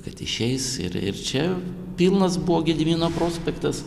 kad išeis ir ir čia pilnas buvo gedimino prospektas